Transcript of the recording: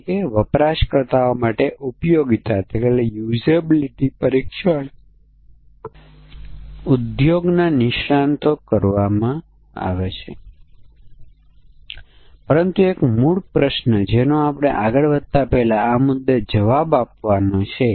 તેથી સ્પષ્ટીકરણમાં જ એક સમસ્યા છે દેખીતી રીતે આ સ્પષ્ટીકરણના આધારે લખેલા કોડમાં સમાન સમસ્યા હશે